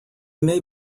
may